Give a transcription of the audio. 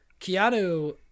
Keanu